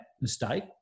mistake